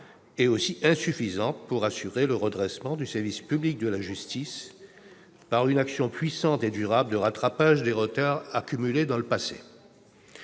est insuffisante pour assurer le redressement du service public de la justice par une action puissante et durable de rattrapage des retards accumulés dans le passé.